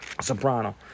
soprano